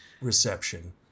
reception